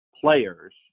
players